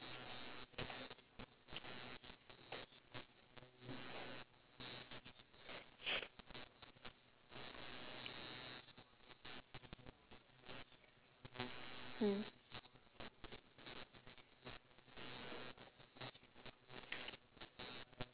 mmhmm